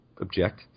object